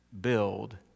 build